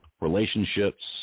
relationships